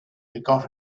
forgot